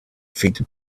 feet